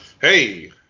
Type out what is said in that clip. Hey